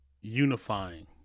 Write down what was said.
unifying